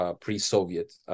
pre-Soviet